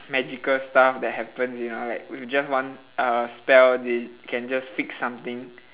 magical stuff that happens you know like with just one uh spell they can just fix something